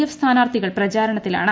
F സ്ഥാനാർത്ഥികൾ പ്രചരണത്തിലാണ്